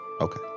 Okay